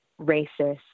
racist